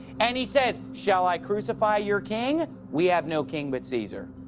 and he says, shall i crucify your king? we have no king but caesar.